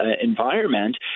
environment